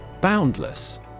boundless